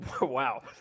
Wow